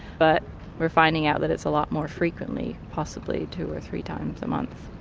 but we're finding out that it's a lot more frequently, possibly two or three times a month.